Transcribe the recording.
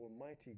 almighty